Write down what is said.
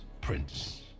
prince